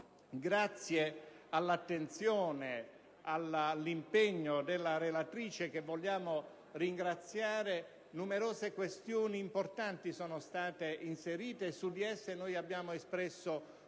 Grazie all'attenzione e all'impegno della relatrice, senatrice Vicari (che vogliamo ringraziare), numerose questioni importanti sono state inserite, e su di esse abbiamo espresso